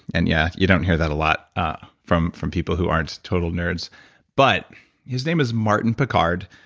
and yeah, you don't hear that a lot ah from from people who aren't total nerds but his name is martin picard.